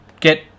Get